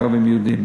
ערבים ויהודים,